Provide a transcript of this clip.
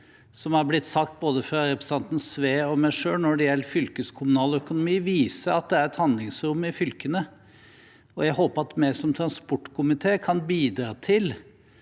som har blitt sagt fra både representanten Sve og meg selv når det gjelder fylkeskommunal økonomi, viser at det er et handlingsrom i fylkene. Jeg håper at vi som transportkomité kan bidra til